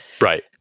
right